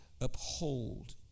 uphold